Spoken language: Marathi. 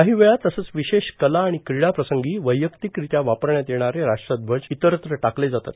काही वेळा तसंच विशेष कला आणि क्रीडा प्रसंगी वैयक्तिकरित्या वापरण्यात येणारे राष्ट्रध्वज इतरत्र टाकले जातात